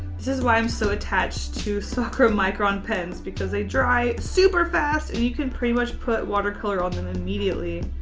this is why i'm so attached to sakura micron pens, because they dry superfast and you can pretty much put watercolor on and immediately.